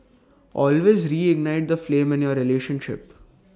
always reignite the flame in your relationship